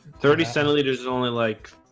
thirty centimeters is only like